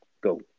Go